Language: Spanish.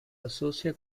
asocia